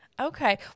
Okay